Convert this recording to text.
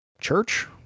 Church